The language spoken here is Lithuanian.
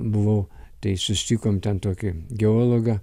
buvau tai susitikom ten tokį geologą